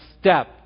step